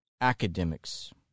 academics